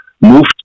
moved